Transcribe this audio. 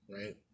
Right